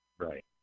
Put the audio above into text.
Right